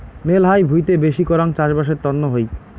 মেলহাই ভুঁইতে বেশি করাং চাষবাসের তন্ন হই